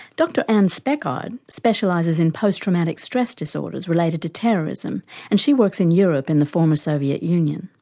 dr anne speckhard specialises in post-traumatic stress disorders related to terrorism and she works in europe and the former soviet union.